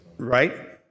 Right